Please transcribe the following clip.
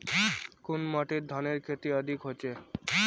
कुन माटित धानेर खेती अधिक होचे?